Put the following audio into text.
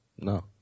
no